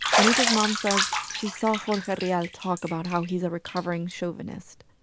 anita's mom says she saw jorge rial talk about how he's a recovering chauvinist.